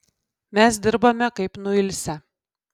mes dirbame kaip nuilsę